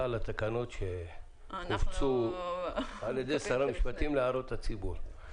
על התקנות שהופצו על ידי שר המשפטים להערות הציבור.